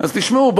אז תשמעו,